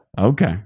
Okay